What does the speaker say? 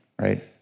right